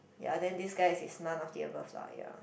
ya then this guy is is none of the above lah ya